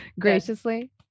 graciously